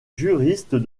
juriste